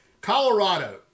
Colorado